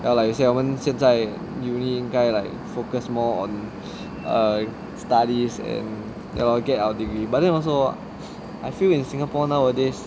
well like you say 我们现在 uni 因该 like focus more on err studies and you know get our degree but then also I feel in singapore nowadays